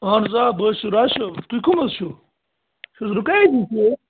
اَہَن حظ آ بہٕ حظ چھُس راجہِ صٲب تُہۍ کَم حظ چھُو رُقیہ